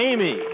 Amy